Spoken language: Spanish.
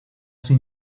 sin